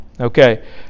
Okay